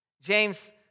James